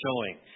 showing